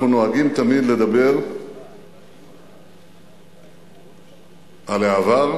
אנחנו נוהגים תמיד לדבר על העבר,